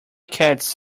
cats